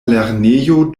lernejo